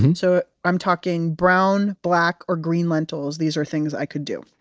and so i'm talking brown, black or green lentils. these are things i could do.